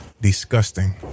Disgusting